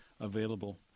available